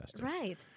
Right